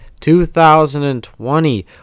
2020